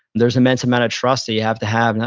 there's immense amount of trust that you have to have,